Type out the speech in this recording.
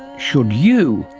should you?